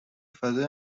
فضای